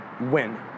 win